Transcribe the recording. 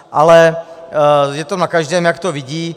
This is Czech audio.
Ale je to na každém, jak to vidí.